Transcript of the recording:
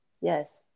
Yes